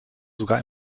sogar